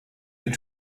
your